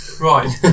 Right